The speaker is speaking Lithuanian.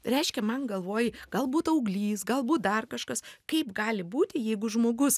reiškia man galvoj galbūt auglys galbūt dar kažkas kaip gali būti jeigu žmogus